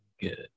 good